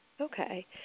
Okay